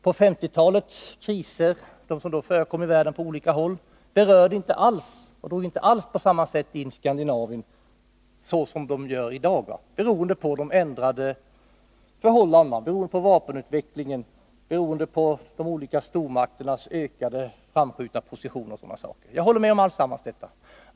De kriser som på 1950-talet förekom på olika håll i världen drog inte alls på samma sätt som i dagens läge in Skandinavien. Den förändrade situationen är beroende på ändrade förhållanden, på vapenutvecklingen, på de olika stormakternas framskjutna positioner m.m. Jag håller med om allt detta.